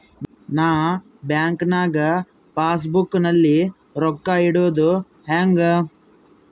ನಾ ಬ್ಯಾಂಕ್ ನಾಗ passbook ನಲ್ಲಿ ರೊಕ್ಕ ಇಡುದು ಹ್ಯಾಂಗ್?